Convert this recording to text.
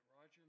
Roger